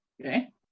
Okay